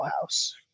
House